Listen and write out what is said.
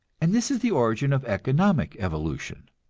and this is the origin of economic evolution.